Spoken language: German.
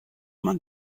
man